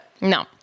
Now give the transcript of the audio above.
No